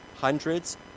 hundreds